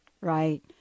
right